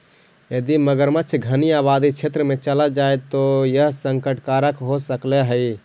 यदि मगरमच्छ घनी आबादी क्षेत्र में चला जाए तो यह संकट कारक हो सकलई हे